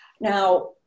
Now